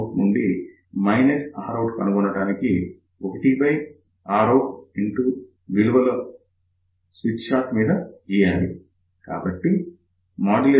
out నుండి Rout కనుగొనడానికి 1out విలువలు స్మిత్ చార్ట్ మీద గీయాలి